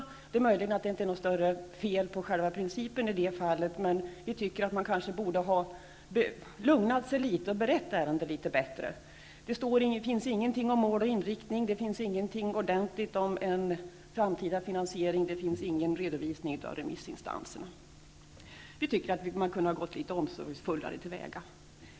Det är möjligt att det i det fallet inte är något större fel på själva principen, men vi tycker att man kanske borde ha lugnat sig litet och berett ärendet litet bättre. Det står ingenting om mål och inriktning, det finns ingenting ordentligt om en framtida finansiering, det finns ingen redovisning av remissinstanserna. Vi tycker att man kunde ha gått litet omsorgsfullare till väga.